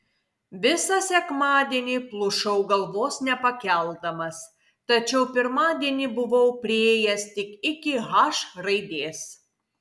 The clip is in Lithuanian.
visą sekmadienį plušau galvos nepakeldamas tačiau pirmadienį buvau priėjęs tik iki h raidės